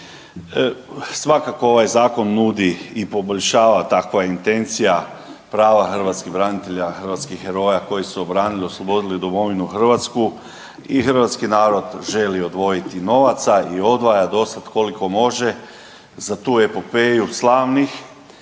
Svakako ovaj zakon nudi i poboljšava, takva je intencija prava hrvatskih branitelja, hrvatskih heroja koji su branili i oslobodili domovinu Hrvatsku i hrvatski narod želi odvojiti novaca i odvaja do sada koliko može za tu epopeju slavnih